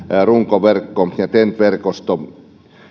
runkoverkko ja ten t verkosto